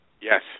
yes